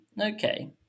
okay